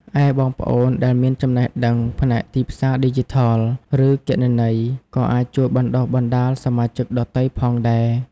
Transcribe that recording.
ឯ បងប្អូនដែលមានចំណេះដឹងផ្នែកទីផ្សារឌីជីថល ឬគណនេយ្យ ក៏អាចជួយបណ្តុះបណ្តាលសមាជិកដទៃផងដែរ។